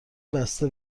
بسته